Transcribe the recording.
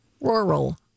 rural